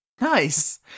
Nice